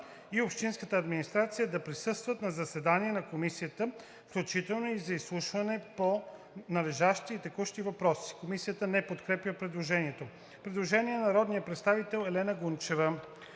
и общинската администрация да присъстват на заседание на комисията, включително и за изслушване по належащи и текущи въпроси.“ Комисията не подкрепя предложението.